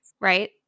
Right